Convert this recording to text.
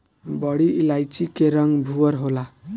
बड़ी इलायची के रंग भूअर होला